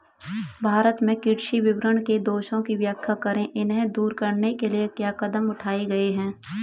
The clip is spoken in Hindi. भारत में कृषि विपणन के दोषों की व्याख्या करें इन्हें दूर करने के लिए क्या कदम उठाए गए हैं?